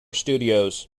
studios